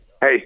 hey